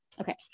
Okay